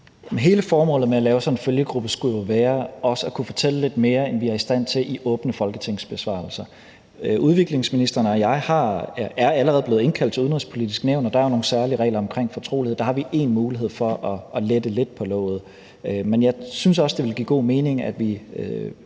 Hele formålet med at lave sådan en følgegruppe skulle jo være også at kunne fortælle lidt mere, end vi er i stand til i åbne folketingsbesvarelser. Udviklingsministeren og jeg er allerede blevet indkaldt til Det Udenrigspolitiske Nævn, og der er nogle særlige regler omkring fortrolighed, så der har vi en mulighed for at lette lidt på låget. Men jeg synes også, det ville give god mening, at vi